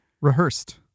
Rehearsed